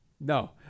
no